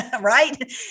Right